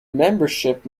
membership